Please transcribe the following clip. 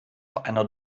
einer